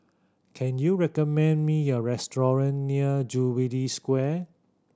can you recommend me a restaurant near Jubilee Square